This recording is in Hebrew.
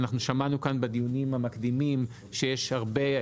אנחנו שמענו כאן בדיונים המקדימים שיש הרבה,